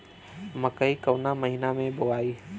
मकई कवना महीना मे बोआइ?